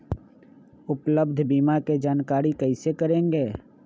उपलब्ध बीमा के जानकारी कैसे करेगे?